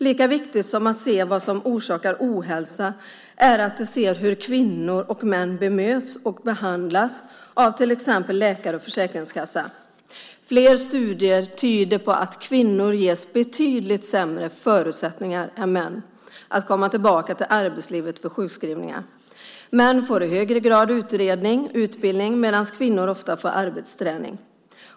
Lika viktigt som att se vad som orsakar ohälsa är att se hur kvinnor och män bemöts och behandlas av till exempel läkare och Försäkringskassan. Flera studier tyder på att kvinnor ges betydligt sämre förutsättningar än män att komma tillbaka till arbetslivet efter sjukskrivning. Män får i högre grad utredning och utbildning medan kvinnor ofta får arbetsträning.